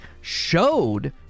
showed